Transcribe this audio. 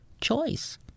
choice